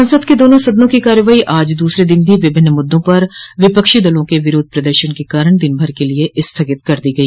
संसद के दोनों सदनों की कार्यवाही आज दूसरे दिन भी विभिन्न मुद्दों पर विपक्षी दलों के विरोध प्रदर्शन के कारण दिन भर के लिए स्थगित कर दी गई